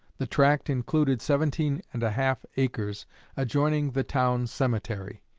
the tract included seventeen and a half acres adjoining the town cemetery.